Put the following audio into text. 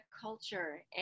culture